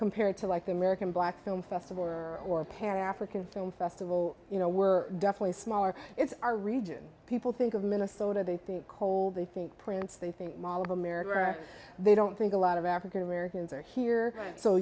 compared to like the american black film festival or perry african film festival you know we're definitely smaller it's our region people think of minnesota they think cold they think prince they think mall of america or they don't think a lot of african americans are here so